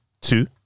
Two